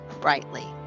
brightly